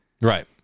right